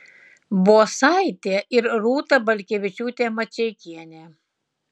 bosaitė ir rūta balkevičiūtė mačeikienė